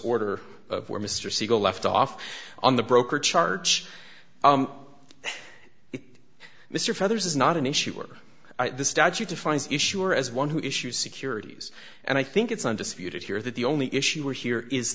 order where mr siegel left off on the broker charge you mr feathers is not an issue or the statute defines issue as one who issue securities and i think it's undisputed here that the only issue here is